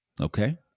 Okay